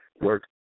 work